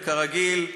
וכרגיל,